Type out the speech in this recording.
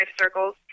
circles